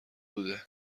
بوده